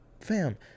fam